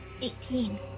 Eighteen